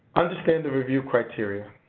understand the review criteria.